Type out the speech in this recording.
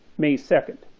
may second.